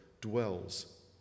dwells